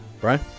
Brian